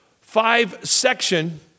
five-section